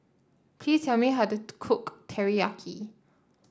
please tell me how to cook Teriyaki